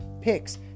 picks